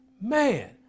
man